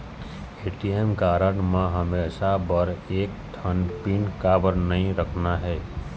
ATM card म हमेशा बर एक ठन पिन काबर नई रखना हे?